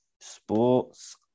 sports